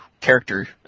character